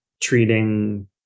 treating